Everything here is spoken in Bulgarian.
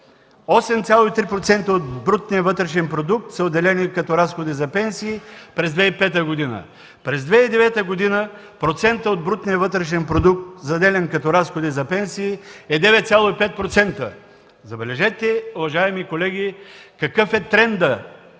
8,3% от брутния вътрешен продукт са отделени като разходи за пенсии през 2005 г., а през 2009 г. процентът от брутния вътрешен продукт, заделен като разходи за пенсии, е 9,5%. Забележете, уважаеми колеги, какъв е трендът,